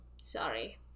sorry